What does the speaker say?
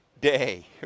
day